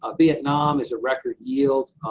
ah vietnam, is a record yield.